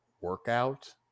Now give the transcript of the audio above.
workout